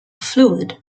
fluid